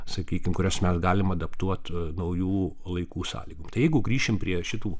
sakykim kurias mes galim adaptuot naujų laikų sąlygų tai jeigu grįšime prie šitų